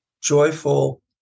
joyful